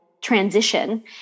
transition